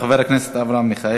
של חבר הכנסת אברהם מיכאלי.